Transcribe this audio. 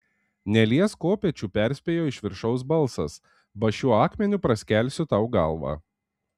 neliesk kopėčių perspėjo iš viršaus balsas ba šiuo akmeniu praskelsiu tau galvą